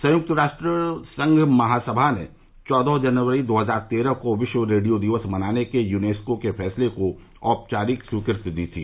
संयक्त राष्ट्र संघ महासभा ने चौदह जनवरी दो हजार तेरह को विश्व रेडियो दिवस मनाने के यूनेस्को के फैसले को औपचारिक स्वीकृति दी थी